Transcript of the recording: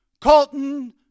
Colton